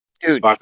Dude